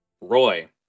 Roy